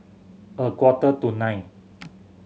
a quarter to nine